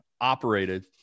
operated